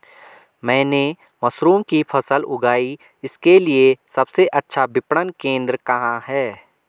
मैंने मशरूम की फसल उगाई इसके लिये सबसे अच्छा विपणन केंद्र कहाँ है?